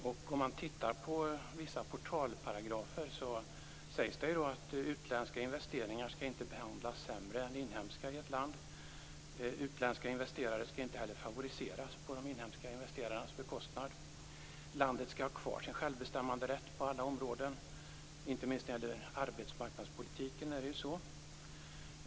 Om man tittar på vissa portalparagrafer ser man att utländska investeringar inte skall behandlas sämre än inhemska i ett land. Utländska investerare skall inte heller favoriseras på de inhemska investerarnas bekostnad. Landet skall ha kvar sin självbestämmanderätt på alla områden - inte minst på arbetsmarknadspolitikens område.